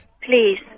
Please